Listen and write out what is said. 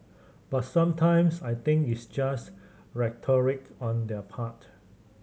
but sometimes I think it's just rhetoric on their part